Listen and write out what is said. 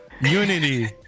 Unity